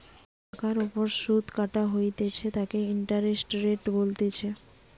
টাকার ওপর সুধ কাটা হইতেছে তাকে ইন্টারেস্ট রেট বলতিছে